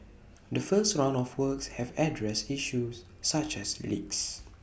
the first round of works have addressed issues such as leaks